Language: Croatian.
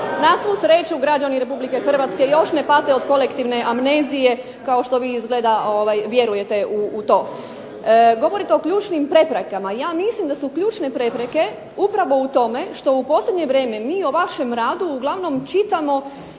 Na svu sreću građani Republike Hrvatske još ne pate od kolektivne amnezije kao što vi izgleda vjerujete u to. Govorite o ključnim preprekama. Ja mislim da su ključne prepreke upravo u tome što u posljednje vrijeme mi o vašem radu uglavnom čitamo